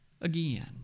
Again